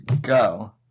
go